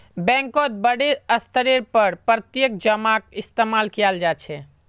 बैंकत बडे स्तरेर पर प्रत्यक्ष जमाक इस्तेमाल कियाल जा छे